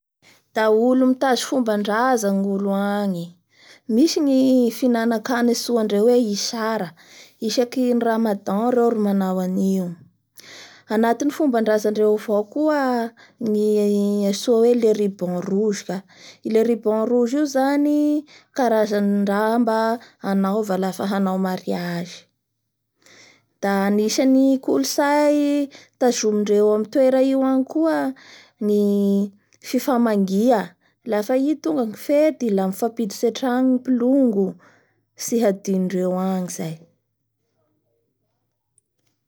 Misy fomba fisaina tena ananan'ny olo baka amindreo io agny da ny volohany ny say antsoindreo hoe Koutongue Royongueny dikan'izay da fifananampiaao koa ny mofakate ao -io dikanio koa zany da fieaisankia-kina;